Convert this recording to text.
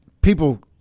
people